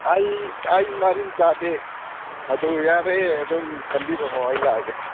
ꯑꯩ ꯃꯔꯤꯟ ꯆꯥꯗꯦ ꯑꯗꯨ ꯌꯥꯔꯦ ꯑꯗꯨꯝ ꯀꯝꯕꯤꯔꯝꯃꯣ ꯑꯩ ꯂꯥꯛꯑꯒꯦ